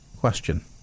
question